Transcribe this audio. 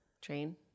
Train